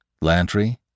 Lantry